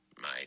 My